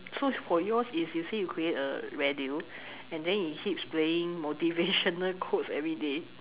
so for yours is you say you create a radio and then it keeps playing motivational quotes everyday